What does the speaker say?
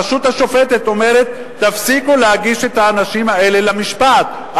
הרשות השופטת אומרת: תפסיקו להגיש את האנשים האלה למשפט.